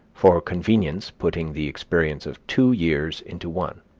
for convenience putting the experience of two years into one.